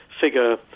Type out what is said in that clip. figure